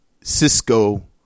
Cisco